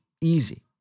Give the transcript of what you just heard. easy